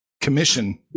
commission